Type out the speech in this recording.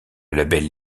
label